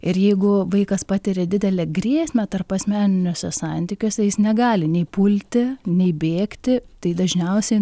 ir jeigu vaikas patiria didelę grėsmę tarpasmeniniuose santykiuose jis negali nei pulti nei bėgti tai dažniausiai